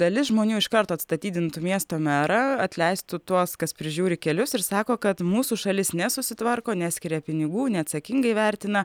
dalis žmonių iš karto atstatydintų miesto merą atleistų tuos kas prižiūri kelius ir sako kad mūsų šalis nesusitvarko neskiria pinigų neatsakingai vertina